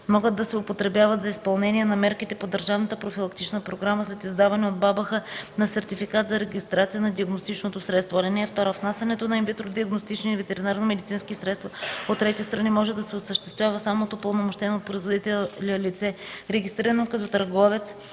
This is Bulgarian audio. могат да се употребяват за изпълнение на мерките по държавната профилактична програма след издаване от БАБХ на сертификат за регистрация на диагностичното средство. (2) Внасянето на инвитро диагностични ветеринарномедицински средства от трети страни може да се осъществява само от упълномощено от производителя лице, регистрирано като търговец